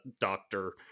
doctor